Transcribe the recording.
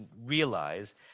realize